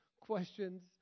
questions